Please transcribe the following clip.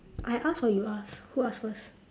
I ask or you ask who ask first